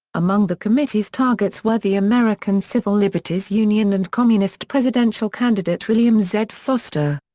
among the committee's targets were the american civil liberties union and communist presidential candidate william z. foster.